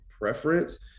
preference